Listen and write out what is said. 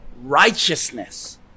righteousness